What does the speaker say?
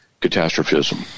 catastrophism